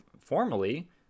formally